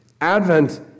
Advent